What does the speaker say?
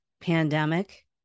pandemic